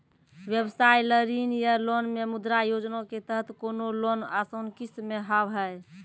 व्यवसाय ला ऋण या लोन मे मुद्रा योजना के तहत कोनो लोन आसान किस्त मे हाव हाय?